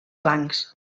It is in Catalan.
blancs